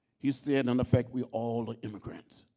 he said in um effect we all are immigrants,